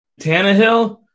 Tannehill